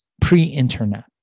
pre-internet